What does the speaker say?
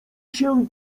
się